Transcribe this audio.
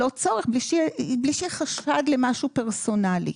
לא צורך, בלי שיהיה חשד למשהו פרסונלי.